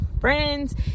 friends